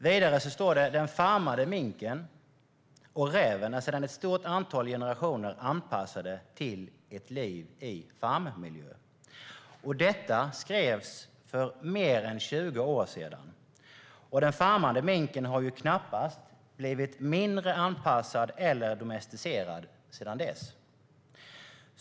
Vidare står det att den farmade minken och räven sedan ett stort antal generationer är anpassade till ett liv i farmmiljö. Detta skrevs för mer än 20 år sedan, och den farmade minken har knappast blivit mindre anpassad eller domesticerad sedan dess.